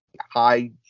high